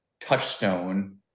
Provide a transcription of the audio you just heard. touchstone